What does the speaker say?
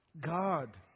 God